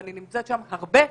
ואני נמצאת שם הרבה,